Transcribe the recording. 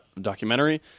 documentary